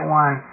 one